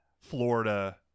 Florida